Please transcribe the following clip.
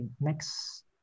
next